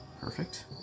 Perfect